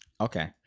Okay